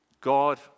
God